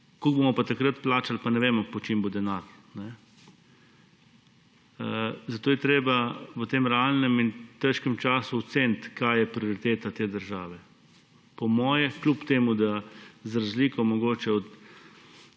Koliko bomo pa takrat plačali, pa ne vemo, po čem bo denar. Zato je treba v tem realnem in težkem času oceniti, kaj je prioriteta te države. Po mojem kljub temu, da za razliko mogoče od